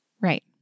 Right